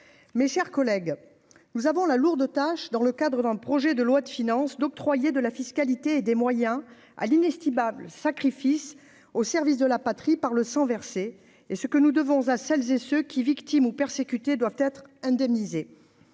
mes chers collègues, nous avons la lourde tâche dans le cadre d'un projet de loi de finances d'octroyer de la fiscalité et des moyens à l'inestimable sacrifice au service de la patrie par le sang versé et ce que nous devons à celles et ceux qui victimes ou persécuté doivent être indemnisés,